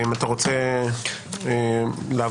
אתה רוצה להבהיר?